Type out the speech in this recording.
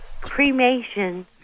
cremation